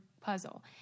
puzzle